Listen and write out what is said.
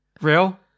Real